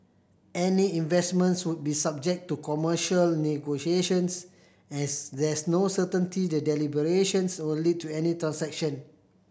any investments would be subject to commercial negotiations as there's no certainty the deliberations will lead to any transaction